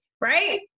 right